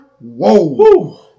whoa